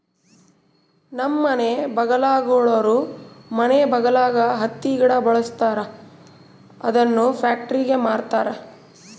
ನಮ್ಮ ಮನೆ ಬಗಲಾಗುಳೋರು ಮನೆ ಬಗಲಾಗ ಹತ್ತಿ ಗಿಡ ಬೆಳುಸ್ತದರ ಅದುನ್ನ ಪ್ಯಾಕ್ಟರಿಗೆ ಮಾರ್ತಾರ